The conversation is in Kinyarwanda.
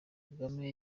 kagame